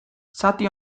zati